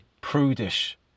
prudish